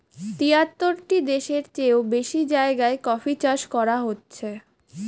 তিয়াত্তরটি দেশের চেও বেশি জায়গায় কফি চাষ করা হচ্ছে